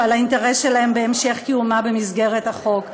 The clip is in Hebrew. ועל האינטרס שלהן להמשך קיומה במסגרת החוק.